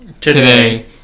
Today